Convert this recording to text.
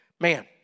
Man